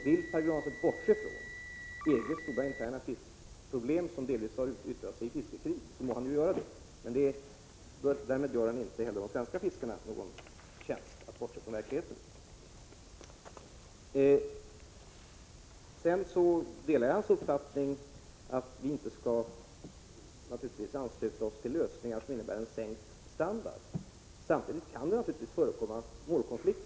Vill Pär Granstedt bortse från EG:s stora interna fiskeproblem, som delvis har yttrat sig i fiskekrig, så må han göra det. Men därmed — genom att bortse från verkligheten — gör han inte de svenska fiskarna någon tjänst. Sedan delar jag hans uppfattning att vi naturligtvis inte skall ansluta oss till lösningar som innebär sänkt standard. Samtidigt kan det givetvis förekomma målkonflikter.